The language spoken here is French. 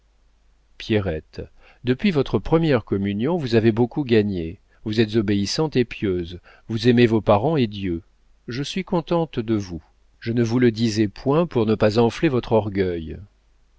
pierrette depuis votre première communion vous avez beaucoup gagné vous êtes obéissante et pieuse vous aimez vos parents et dieu je suis contente de vous je ne vous le disais point pour ne pas enfler votre orgueil